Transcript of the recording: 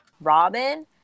Robin